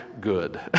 good